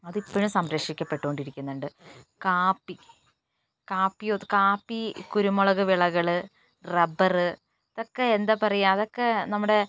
അതിപ്പോഴും സംരക്ഷിക്കപ്പെട്ടുകൊണ്ടിരിക്കുന്നുണ്ട് കാപ്പി കാപ്പി കുരുമുളക് വിളകൾ റബ്ബർ ഇതൊക്കെ എന്താ പറയുക അതൊക്കെ നമ്മുടെ